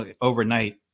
overnight